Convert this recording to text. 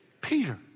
Peter